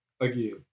Again